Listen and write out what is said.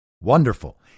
Wonderful